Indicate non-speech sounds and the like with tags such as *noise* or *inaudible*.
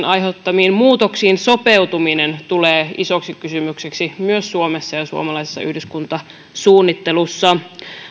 *unintelligible* aiheuttamiin muutoksiin sopeutuminen tulee isoksi kysymykseksi myös suomessa ja suomalaisessa yhdyskuntasuunnittelussa